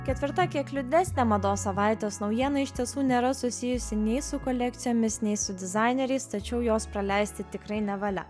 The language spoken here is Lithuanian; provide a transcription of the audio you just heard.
ketvirta kiek liūdnesnė mados savaitės naujiena iš tiesų nėra susijusi nei su kolekcijomis nei su dizaineriais tačiau jos praleisti tikrai nevalia